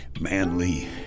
manly